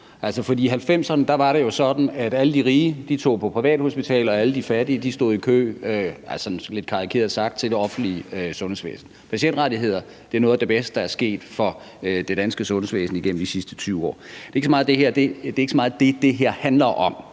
1990'erne var det jo sådan, at alle de rige tog på privathospitaler, og at alle de fattige – sådan lidt karikeret sagt – stod i kø til det offentlige sundhedsvæsen. Indførelse af patientrettigheder er noget af det bedste, der er sket i det danske sundhedsvæsen igennem de sidste 20 år. Det er ikke så meget udrednings- og